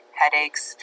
headaches